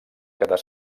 quedar